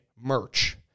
Merch